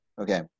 okay